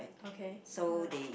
okay ya